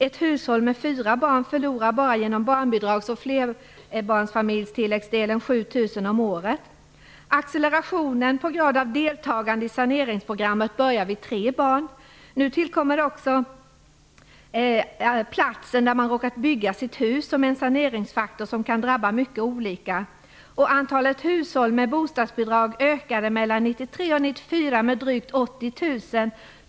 Ett hushåll med fyra barn förlorar bara genom barnbidrags och flerbarnsfamiljstilläggsdelen 7 000 kr om året. Accelerationen på grund av deltagande i saneringsprogrammet börjar vid tre barn. Nu tillkommer också platsen där man råkat bygga sitt hus som en saneringsfaktor som kan drabba mycket olika. Antalet hushåll med bostadsbidrag ökade mellan 1993 och 1994 med drygt 80 000.